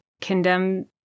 condemn